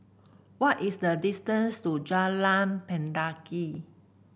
what is the distance to Jalan Mendaki